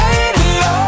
Radio